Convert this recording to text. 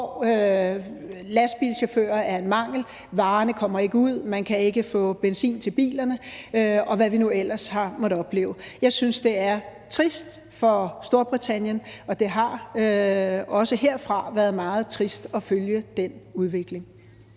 lastbilchauffører er en mangel, varerne ikke kommer ud og man ikke kan få benzin til bilerne, og hvad vi nu ellers har måttet opleve. Jeg synes, det er trist for Storbritannien, og det har også herfra været meget trist at følge den udvikling.